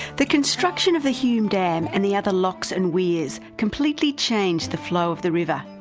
the construction of the hume dam and the other locks and weirs completely changed the flow of the river.